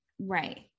right